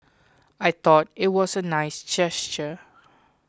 I thought it was a nice gesture